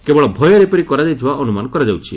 କେବଳ ଭୟରେ ଏପରି କରାଯାଇଥିବା ଅନୁମାନ କରାଯାଉଛି